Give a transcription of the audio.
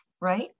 right